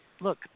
look